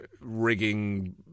rigging